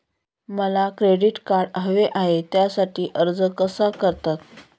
मला credit card हवे आहे त्यासाठी अर्ज कसा करतात?